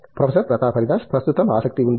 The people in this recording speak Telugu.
ప్రొఫెసర్ ప్రతాప్ హరిదాస్ ప్రస్తుతం ఆసక్తి ఉంది